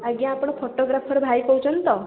ଆଜ୍ଞା ଆପଣ ଫଟୋଗ୍ରାଫର୍ ଭାଇ କହୁଛନ୍ତି ତ